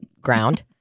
ground